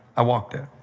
i walked it.